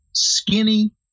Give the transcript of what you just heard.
Skinny